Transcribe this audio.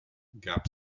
gab